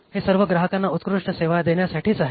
हे सर्व ग्राहकांना उत्कृष्ट सेवा देण्यासाठीच आहे